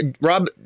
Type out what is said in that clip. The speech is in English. Rob